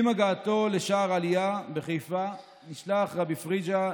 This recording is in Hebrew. עם הגעתו לשער עלייה בחיפה נשלח רבי פריג'א,